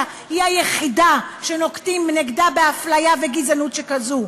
היא היחידה שנוקטים נגדה אפליה וגזענות כזאת?